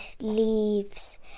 leaves